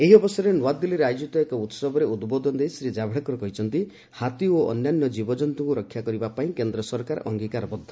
ଏହି ଅବସରରେ ନ୍ତଆଦିଲ୍ଲୀରେ ଆୟୋଜିତ ଏକ ଉସବରେ ଉଦ୍ବୋଧନ ଦେଇ ଶ୍ରୀ ଜାଭଡେକର କହିଛନ୍ତି ହାତୀ ଓ ଅନ୍ୟାନ୍ୟ ଜୀବଜନ୍ତୁଙ୍କୁ ରକ୍ଷା କରିବା ପାଇଁ କେନ୍ଦ୍ର ସରକାର ଅଙ୍ଗୀକାରବଦ୍ଧ